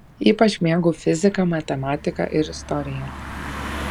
ypač mėgau fiziką matematiką ir istoriją